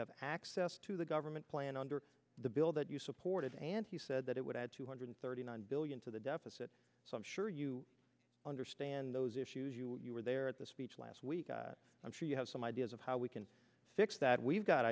have access to the government plan under the bill that you supported and he said that it would add two hundred thirty nine billion to the deficit so i'm sure you understand those issues you were there at the speech last week i'm sure you have some ideas of how we can fix that we've got